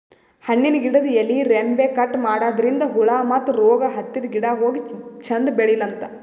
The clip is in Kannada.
ಹಣ್ಣಿನ್ ಗಿಡದ್ ಎಲಿ ರೆಂಬೆ ಕಟ್ ಮಾಡದ್ರಿನ್ದ ಹುಳ ಮತ್ತ್ ರೋಗ್ ಹತ್ತಿದ್ ಗಿಡ ಹೋಗಿ ಚಂದ್ ಬೆಳಿಲಂತ್